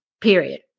period